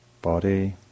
body